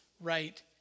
right